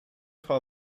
frau